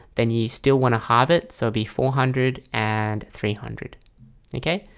then you still want to have it. so be four hundred and three hundred okay,